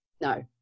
No